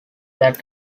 that